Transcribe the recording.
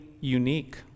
unique